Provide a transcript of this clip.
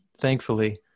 thankfully